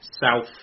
South